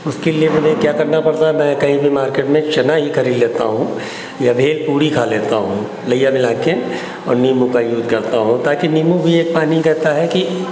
उसके लिए हमें क्या करना पड़ता है मैं कहीं भी मार्केट में चना ही खरीद लेता हूँ या भेलपुरी खा लेता हूँ लइया मिला के और नीबू का यूज़ करता हूँ ताकि नीबू की एक काम ये करता है कि